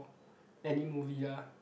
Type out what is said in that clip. any movie lah